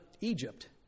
Egypt